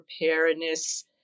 preparedness